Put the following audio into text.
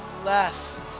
blessed